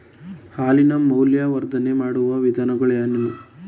ಹಾಲಿನ ಮೌಲ್ಯವರ್ಧನೆ ಮಾಡುವ ವಿಧಾನಗಳೇನು?